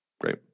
Great